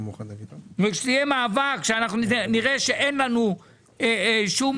וכשיהיה מאבק שאנחנו נראה שאין לנו שום